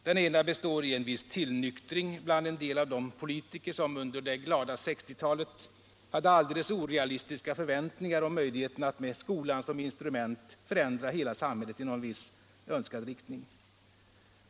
Den ena består i en viss tillnyktring bland en del av de politiker som under det glada 1960-talet hade alldeles orealistiska förväntningar om möjligheten att med skolan som instrument förändra hela samhället i någon viss önskad riktning.